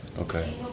Okay